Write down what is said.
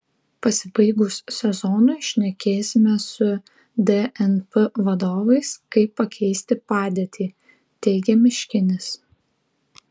pasibaigus sezonui šnekėsime su dnp vadovais kaip pakeisti padėtį teigia miškinis